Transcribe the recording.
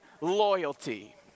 loyalty